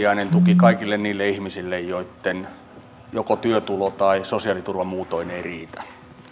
se viimesijainen tuki kaikille niille ihmisille joitten joko työtulo tai sosiaaliturva muutoin ei riitä